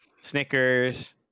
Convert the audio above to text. snickers